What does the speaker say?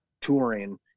touring